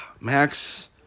Max